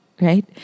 Right